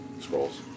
scrolls